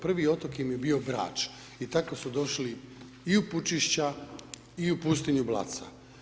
Prvi otok im je bio Brač, i tako su došli i u Pučišća, i u pustinju Blaca.